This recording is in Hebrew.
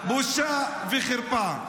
בושה וחרפה.